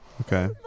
Okay